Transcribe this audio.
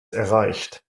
erreicht